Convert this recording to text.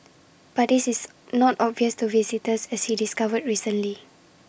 but this is not obvious to visitors as he discovered recently